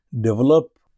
develop